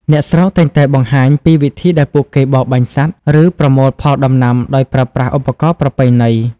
អ្នកស្រុកតែងបង្ហាញពីវិធីដែលពួកគេបរបាញ់សត្វ ឬប្រមូលផលដំណាំដោយប្រើប្រាស់ឧបករណ៍ប្រពៃណី។